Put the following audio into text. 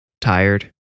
tired